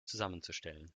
zusammenzustellen